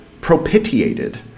propitiated